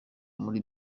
muri